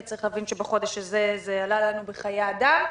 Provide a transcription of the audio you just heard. וצריך להבין שבחודש הזה זה עלה לנו בחיי אדם.